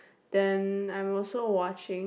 then I am also watching